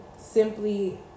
Simply